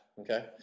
okay